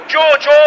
George